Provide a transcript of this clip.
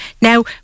Now